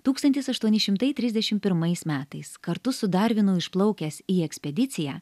tūkstantis aštuoni šimtai trisdešim pirmais metais kartu su darvinu išplaukęs į ekspediciją